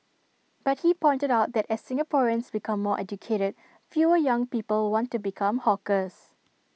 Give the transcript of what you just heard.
but he pointed out that as Singaporeans become more educated fewer young people want to become hawkers